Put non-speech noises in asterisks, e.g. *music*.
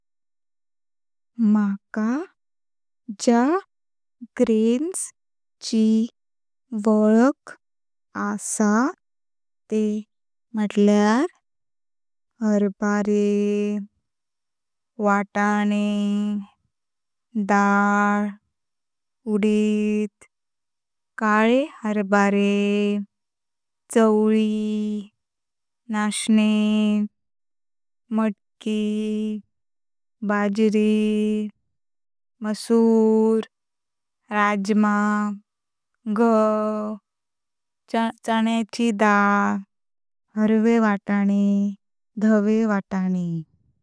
मका ज्या ग्रैनचि वलख आसा ते म्हुटल्यार हरभारे, वाटाणे, दाळ, उदीद, काळे हरभारे। चावली, नाशणे, मटकी, बाजरी, मसूर, राजमा, गव, *hesitation* चण्याची दाळ, हर्वे वाटाणे, धवे वाटाणे।